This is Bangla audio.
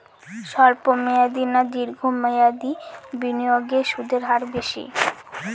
স্বল্প মেয়াদী না দীর্ঘ মেয়াদী বিনিয়োগে সুদের হার বেশী?